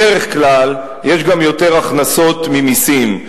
בדרך כלל יש גם יותר הכנסות ממסים,